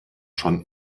schon